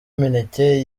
imineke